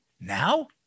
now